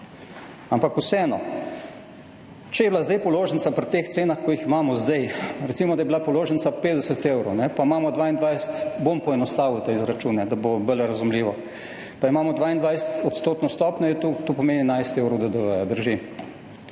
Ampak vseeno, če je bila zdaj položnica pri teh cenah, ki jih imamo zdaj, recimo, da je bila položnica 50 evrov, pa imamo 22, bom poenostavil te izračune, da bo bolj razumljivo, pa imamo 22-odstotno stopnjo, to pomeni 11 evrov DDV.